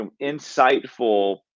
insightful